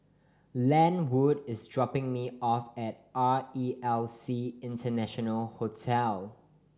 Lenwood is dropping me off at R E L C International Hotel